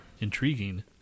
intriguing